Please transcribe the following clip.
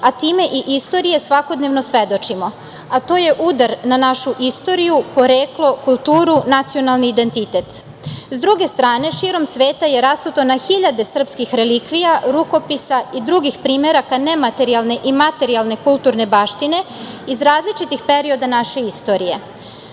a time i istorije, svakodnevno svedočimo, a to je udar na našu istoriju, poreklo, kulturu, nacionalni identitet. SSa druge strane, širom sveta je rasuto na hiljade srpskih relikvija, rukopisa i drugih primera kao nematerijalne i materijalne baštine iz različitih perioda naše istorije.